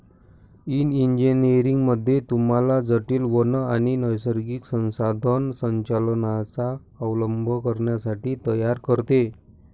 one engineering मध्ये तुम्हाला जटील वन आणि नैसर्गिक संसाधन संचालनाचा अवलंब करण्यासाठी तयार करते